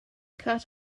cut